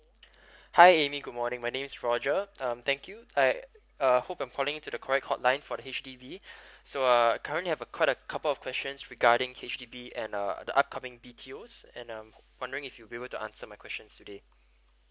hi amy good morning my name is roger um thank you hi uh hope I'm calling in to the correct hotline for the H_D_B so err currently I have a quite a couple of questions regarding H_D_B and uh the upcoming B_T_O and um wondering if you'll be able to answer my questions today